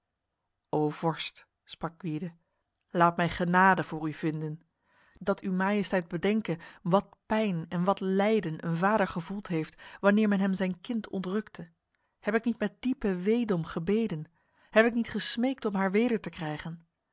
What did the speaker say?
vorst sprak gwyde laat mij genade voor u vinden dat uw majesteit bedenke wat pijn en wat lijden een vader gevoeld heeft wanneer men hem zijn kind ontrukte heb ik niet met diepe weedom gebeden heb ik niet gesmeekt om haar weder te krijgen